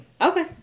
Okay